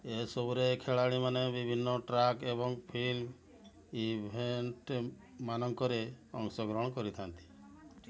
ଏସବୁରେ ଖେଳାଳୀମାନେ ବିଭିନ୍ନ ଟ୍ରାକ୍ ଏବଂ ଫିଲ୍ ଇଭେଣ୍ଟ୍ମାନଙ୍କରେ ଅଂଶଗ୍ରହଣ କରିଥାନ୍ତି